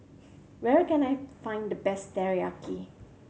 where can I find the best Teriyaki